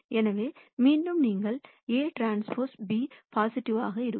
எனவே மீண்டும் நீங்கள் Aᵀ b பொசிடிவிவாக இருக்கும்